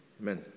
amen